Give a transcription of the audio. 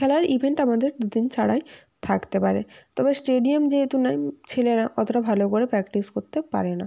খেলার ইভেন্ট আমাদের দুদিন ছাড়াই থাকতে পারে তবে স্টেডিয়াম যেহেতু নাই ছেলেরা অতটা ভালো করে প্র্যাকটিস করতে পারে না